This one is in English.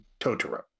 Totoro